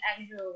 Andrew